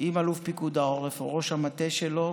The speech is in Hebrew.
עם אלוף פיקוד העורף או ראש המטה שלו